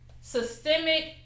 systemic